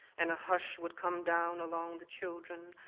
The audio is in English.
and a hush would come down along the children.